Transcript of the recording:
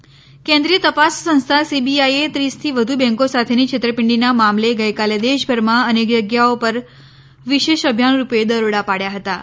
CBI દરોડા કેન્દ્રીય તપાસ સંસ્થા સીબીઆઈ એ ત્રીસથી વધુ બેંકો સાથેની છેતરપીંડીના મામલે ગઈકાલે દેશભરમાં અનેક જગ્યાઓ પર વિશેષ અભિયાન રૂપે દરોડા પાડ્યા હતાં